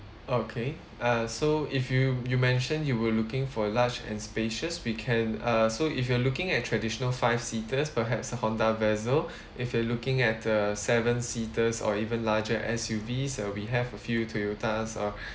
okay uh so if you you mentioned you were looking for large and spacious we can uh so if you're looking at traditional five seaters perhaps a Honda vezel if you're looking at uh seven seaters or even larger S_U_Vs uh we have a few Toyota's uh